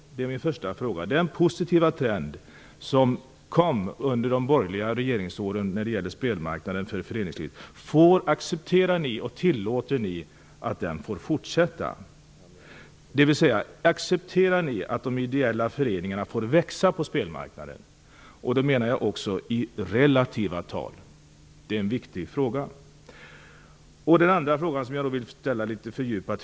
Får den positiva trend som uppstod under de borgerliga regeringsåren när det gäller spelmarknaden för föreningslivet fortsätta? Tillåter och accepterar ni det? Accepterar ni att de ideella föreningarna får växa på spelmarknaden? Då menar jag också i relativa tal. Det är en viktig fråga.